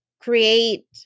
create